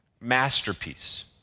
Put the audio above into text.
masterpiece